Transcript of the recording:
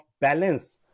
balance